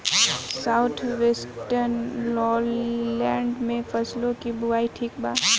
South western lowland में फसलों की बुवाई ठीक बा?